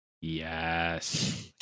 yes